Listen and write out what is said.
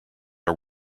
are